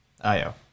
Io